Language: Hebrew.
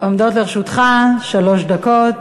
עומדות לרשותך שלוש דקות.